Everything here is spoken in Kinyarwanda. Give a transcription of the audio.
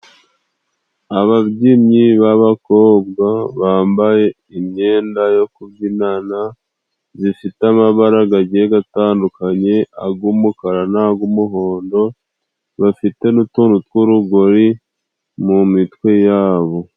Ababyinnyi b'abakobwa bambaye imyenda yo kubyinana zifite amabara gagiye gatandukanye ag'umukara n'ag'umuhondo bafite n'utuntu tw'urugori mu mitwe yabo.